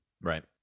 right